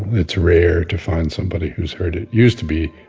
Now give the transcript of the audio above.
it's rare to find somebody who's heard it. used to be